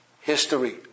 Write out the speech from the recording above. history